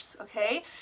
okay